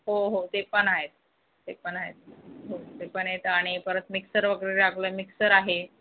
हो हो ते पण आहेत ते पण आहेत हो ते पण आहेत आणि परत मिक्सर वगैरे लागलं मिक्सर आहे